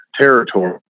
territory